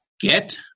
get